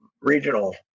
regional